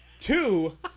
Two